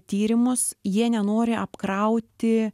tyrimus jie nenori apkrauti